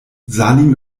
salim